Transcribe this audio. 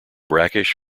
brackish